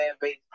base